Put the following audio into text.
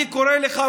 אני קורא לך,